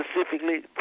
specifically